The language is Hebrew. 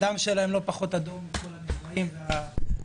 הדם שלהם לא פחות אדום מבחינת הנפגעים והמחדל.